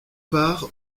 part